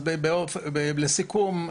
לסיכום,